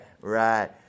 right